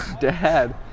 dad